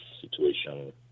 situation